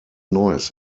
neues